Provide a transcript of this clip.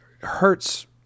hurts